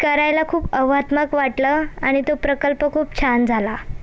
करायला खूप आव्हानात्मक वाटलं आणि तो प्रकल्प खूप छान झाला